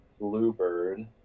Bluebird